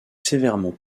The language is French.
sévèrement